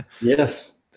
Yes